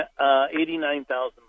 89,000